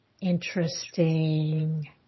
Interesting